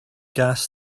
gas